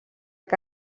que